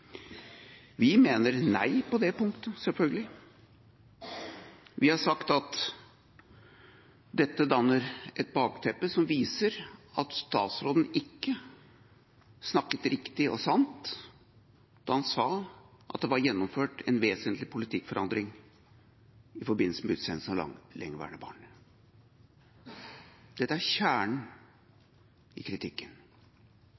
punktet, selvfølgelig. Vi har sagt at dette danner et bakteppe som viser at statsråden ikke snakket riktig og sant da han sa at det var gjennomført en vesentlig politikkforandring i forbindelse med utsendelsen av lengeværende barn. Dette er kjernen i kritikken.